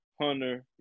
Hunter